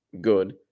good